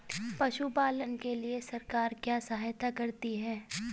पशु पालन के लिए सरकार क्या सहायता करती है?